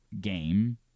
game